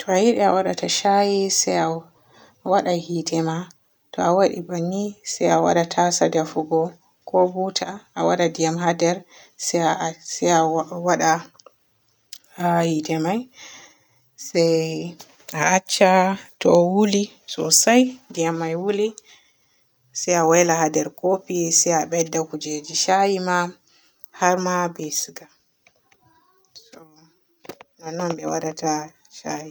To a yiɗi a waada ta e shayi se a waada yiite maa, To a waaɗi banni se a waada tasa defugo ko buta a waada ndiyam haa nder se-a-se-a waada haa yiite may se a acca to wooli sosai, ndiyam me wooli, se a wayla haa nder kofi se a bedda kujeji shayi maa har ma be suga. To nonnon be waadata shayi.